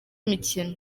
mikino